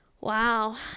Wow